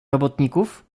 robotników